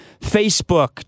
Facebook